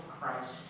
Christ